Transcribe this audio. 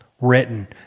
written